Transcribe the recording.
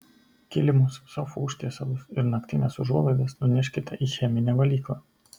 kilimus sofų užtiesalus ir naktines užuolaidas nuneškite į cheminę valyklą